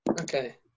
okay